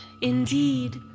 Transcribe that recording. Indeed